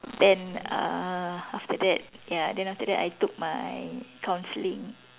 then uh after that ya then after that I took my counselling